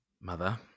Mother